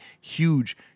huge